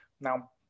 now